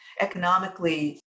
economically